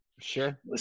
Sure